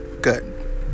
Good